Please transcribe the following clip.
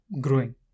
growing